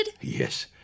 Yes